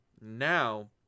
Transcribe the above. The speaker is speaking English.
Now